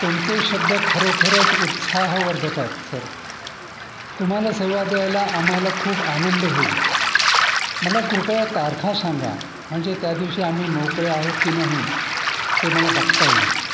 तुमचे शब्द खरोखरच उत्साहवर्धक आहेत सर तुम्हाला सेवा द्यायला आम्हाला खूप आनंद होईल मला कृपया तारखा सांगा म्हणजे त्या दिवशी आम्ही मोकळे आहोत की नाही ते मला बघता येईल